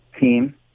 team